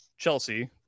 Chelsea